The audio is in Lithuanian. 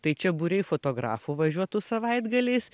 tai čia būriai fotografų važiuotų savaitgaliais